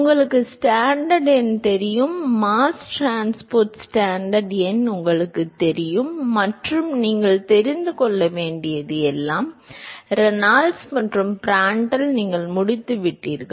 உங்களுக்கு ஸ்டாண்டன் எண் தெரியும் மாஸ் டிரான்ஸ்போர்ட் ஸ்டாண்டன் எண் உங்களுக்குத் தெரியும் மற்றும் நீங்கள் தெரிந்து கொள்ள வேண்டியது எல்லாம் ரெனால்ட்ஸ் மற்றும் பிராண்டல் நீங்கள் முடித்துவிட்டீர்கள்